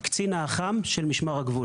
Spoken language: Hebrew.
קצין האח"מ של משמר הגבול,